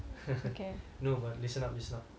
no but listen up listen up